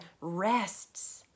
rests